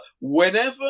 whenever